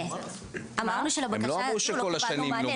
אמרנו שלבקשה הזו לא קיבלנו מענה,